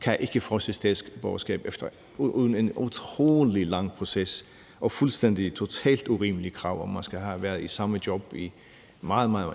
kan ikke få statsborgerskab uden en utrolig lang proces og fuldstændig totalt urimelige krav om, at man skal have været i samme job i